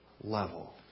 level